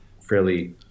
fairly